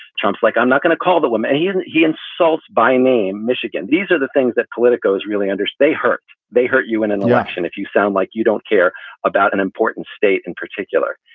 trump like i'm not going to call the woman he and he insults by name, michigan. these are the things that politicos really under so hurt. they hurt you in an election if you sound like you don't care about an important state in particular.